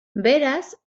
beraz